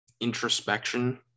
introspection